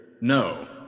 no